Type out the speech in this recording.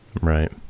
Right